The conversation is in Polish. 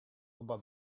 oba